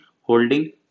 holding